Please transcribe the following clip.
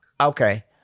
Okay